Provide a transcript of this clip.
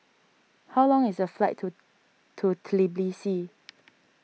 how long is the flight to to Tbilisi